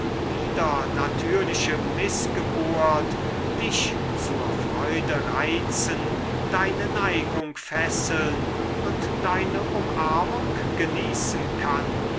widernatürliche mißgeburt dich zur freude reizen deine neigung fesseln und deine umarmung genießen kann